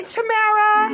Tamara